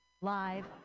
live